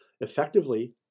Effectively